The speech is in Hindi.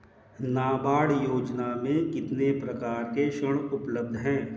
नाबार्ड योजना में कितने प्रकार के ऋण उपलब्ध हैं?